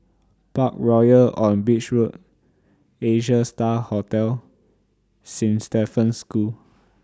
Parkroyal on Beach Road Asia STAR Hotel Saint Stephen's School